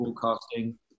broadcasting